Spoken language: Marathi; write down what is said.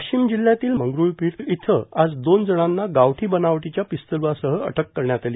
वाशिम जिल्ह्यातील मंगरुळपीर इथं आज दोन जणांना गावठी बनावटीच्या पिस्त्लासह अटक करण्यात आली